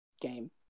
game